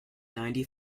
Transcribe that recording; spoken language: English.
ninety